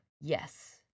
yes